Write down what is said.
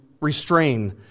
restrain